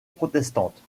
protestantes